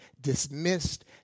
dismissed